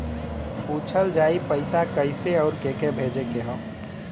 पूछल जाई पइसा कैसे अउर के के भेजे के हौ